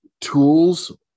tools